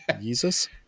Jesus